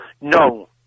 No